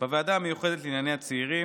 בוועדה המיוחדת לענייני הצעירים,